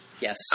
Yes